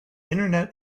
internet